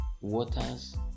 waters